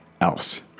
else